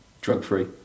drug-free